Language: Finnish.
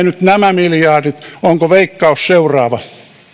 nyt nämä miljardit onko veikkaus seuraava